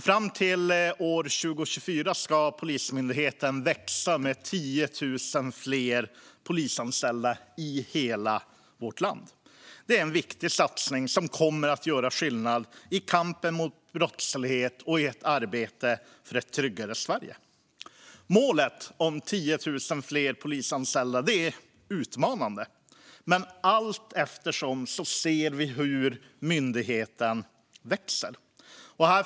Fram till år 2024 ska myndigheten växa med 10 000 fler polisanställda i hela landet. Det är en viktig satsning, som kommer att göra skillnad i kampen mot brottslighet och i arbetet för ett tryggare Sverige. Målet om 10 000 fler polisanställda är utmanande, men successivt ser vi hur myndigheten växer.